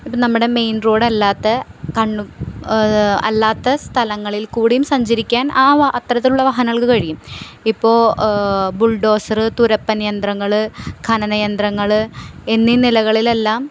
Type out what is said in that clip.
ഇപ്പോള് നമ്മുടെ മെയിൻ റോഡല്ലാത്ത സ്ഥലങ്ങളിൽ കൂടിയും സഞ്ചരിക്കാൻ അത്തരത്തിലുള്ള വാഹനങ്ങൾക്ക് കഴിയും ഇപ്പോള് ബുൾഡോസർ തുരപ്പൻ യന്ത്രങ്ങള് ഖനന യന്ത്രങ്ങള് എന്നീ നിലകളിലെല്ലാം